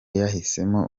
yahisemo